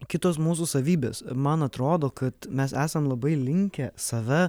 kitos mūsų savybės man atrodo kad mes esam labai linkę save